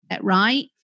right